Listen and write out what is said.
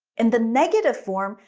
in the negative form,